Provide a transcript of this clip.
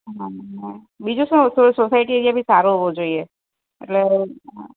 હાં હાં હ બીજું શું થોડું સોસાયટી એરિયા બી સારો હોવો જોઈએ એટલે હ